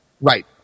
right